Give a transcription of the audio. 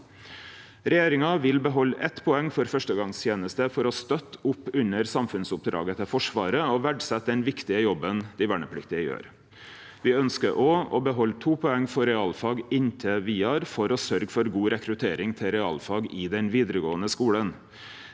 Regjeringa vil behalde eitt poeng for førstegongstenesta for å støtte opp under samfunnsoppdraget til Forsvaret og verdsetje den viktige jobben dei vernepliktige gjer. Me ønskjer òg å behalde to poeng for realfag inntil vidare for å sørgje for god rekruttering til realfag i den vidaregåande skulen.